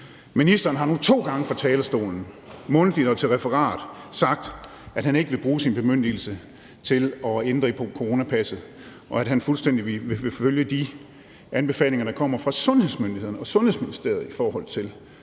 Ministeren har nu to gange fra talerstolen mundtligt og til referat sagt, at han ikke ville bruge sin bemyndigelse til at ændre i coronapasset, og at han fuldstændigt ville følge de anbefalinger, der kommer fra sundhedsmyndighederne og Sundhedsministeriet om, hvordan